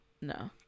No